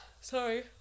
sorry